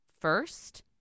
first